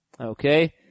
Okay